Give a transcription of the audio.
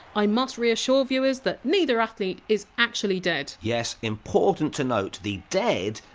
i must reassure viewers that neither athlete is actually dead yes, important to note. the! dead!